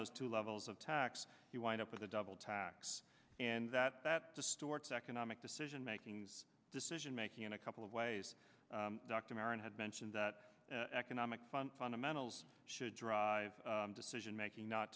those two levels of tax you wind up with a double tax and that that distorts economic decision making decision making in a couple of ways dr marion had mentioned that economic fundamentals should drive decision making not